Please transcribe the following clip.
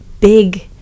big